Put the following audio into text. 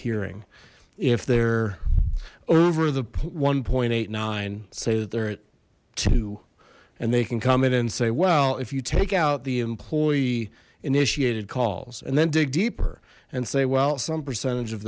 hearing if they're over the one point eight nine say that they're at two and they can come in and say well if you take out the employee initiated calls and then dig deeper and say well some percentage of